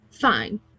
fine